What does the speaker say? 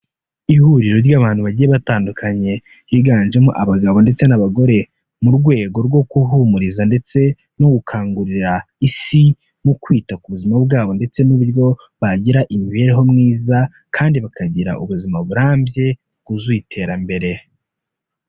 Ihuriro ry'abantu bagiye batandukanye higanjemo abagabo ndetse n'abagore, mu rwego rwo guhumuriza ndetse no gukangurira Isi mu kwita ku buzima bwabo ndetse n'uburyo bagira imibereho myiza kandi bakagira ubuzima burambye bwuzuye iterambere.